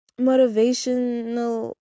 Motivational